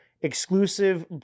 exclusive